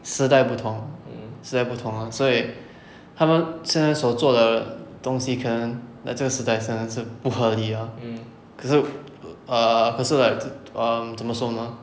时代不同时代不同 lor 所以他们现在所做的东西可能那就跟时代不合意 ah 可是 err 可是 like um 这么说呢